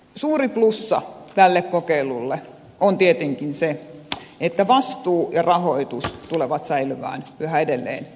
suuri plussa tälle kokeilulle on tietenkin se että vastuu ja rahoitus tulevat säilymään yhä edelleen kunnallisina